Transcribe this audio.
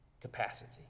capacity